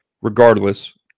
Regardless